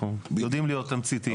אנחנו יודעים להיות תמציתיים.